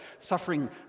suffering